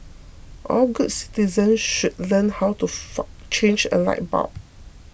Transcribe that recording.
all good citizens should learn how to far change a light bulb